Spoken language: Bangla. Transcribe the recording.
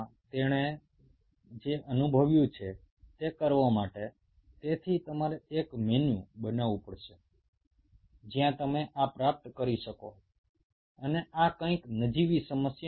এটি অর্জন করবার জন্য তোমাদেরকে সেই ধরনের পরিবেশ সৃষ্টি করতে হবে এবং এটা কোনো সাধারণ সমস্যা নয়